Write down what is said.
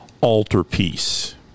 Altarpiece